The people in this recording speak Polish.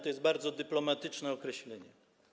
To jest bardzo dyplomatyczne określenie.